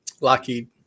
Lockheed